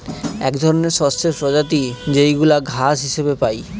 এক ধরনের শস্যের প্রজাতি যেইগুলা ঘাস হিসেবে পাই